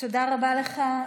תודה רבה לך,